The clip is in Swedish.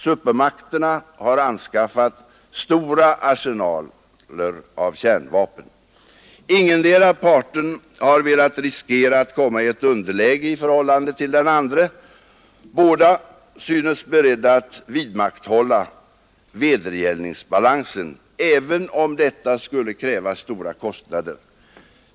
Supermakterna har anskaffat stora arsenaler av kärnvapen. Ingendera parten har velat riskera att komma i ett underläge i förhållande till den andre. Båda synes beredda att vidmakthålla vedergällningsbalansen, även om detta skulle kräva stora kostnader.